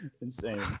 Insane